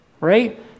right